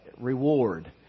reward